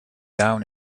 down